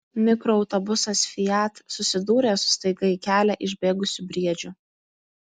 mikroautobusas fiat susidūrė su staiga į kelią išbėgusiu briedžiu